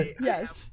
Yes